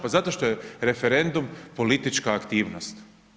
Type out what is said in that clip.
Pa zato što je referendum politička aktivnost.